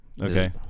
Okay